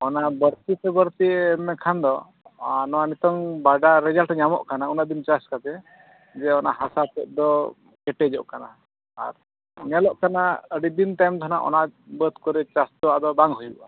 ᱚᱱᱟ ᱵᱟ ᱲᱛᱤ ᱠᱮ ᱵᱟᱲᱛᱤ ᱮᱢ ᱞᱮᱠᱷᱟᱱ ᱫᱚ ᱱᱚᱣᱟ ᱱᱤᱛᱚᱝ ᱵᱟᱰᱟ ᱨᱮᱡᱟᱞᱴ ᱧᱟᱢᱚᱜ ᱠᱟᱱᱟ ᱩᱱᱟᱹᱜ ᱫᱤᱱ ᱪᱟᱥ ᱠᱟᱛᱮ ᱡᱮ ᱚᱱᱟ ᱦᱟᱥᱟ ᱛᱮᱫ ᱫᱚ ᱠᱮᱴᱮᱡᱚᱜ ᱠᱟᱱᱟ ᱟᱨ ᱧᱮᱞᱚᱜ ᱠᱟᱱᱟ ᱟ ᱰᱤ ᱫᱤᱱ ᱛᱟᱭᱚᱢ ᱫᱚ ᱱᱟᱜ ᱚᱱᱟ ᱵᱟᱹᱫᱽ ᱠᱚᱨᱮ ᱪᱟᱥ ᱫᱚ ᱟᱫᱚ ᱵᱟᱝ ᱦᱩᱭᱩᱜᱼᱟ